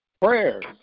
Prayers